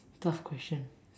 tough question